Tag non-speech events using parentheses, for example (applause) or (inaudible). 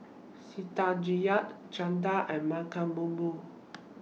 (unintelligible) Chanda and (unintelligible)